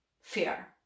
fear